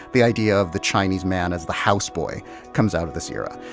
the idea of the chinese man as the houseboy comes out of this era.